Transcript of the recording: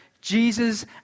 Jesus